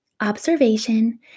observation